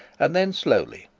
and then slowly,